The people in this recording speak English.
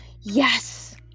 yes